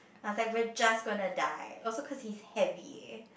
I was like we're just gonna die also cause he's heavy